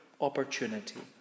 opportunity